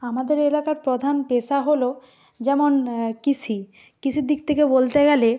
আমাদের এলাকার প্রধান পেশা হলো যেমন কৃষি কৃষির দিক থেকে বলতে গেলে